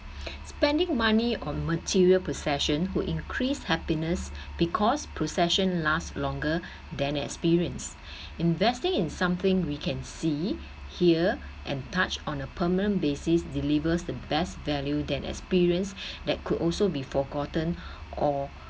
spending money on material possession would increase happiness because procession last longer than an experience investing in something we can see hear and touch on a permanent basis delivers the best value than experience that could also be forgotten or